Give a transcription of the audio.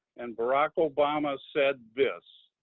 and barack obama said this,